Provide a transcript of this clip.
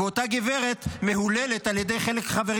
ואותה גברת מהוללת על ידי חלק מהחברים